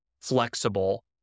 flexible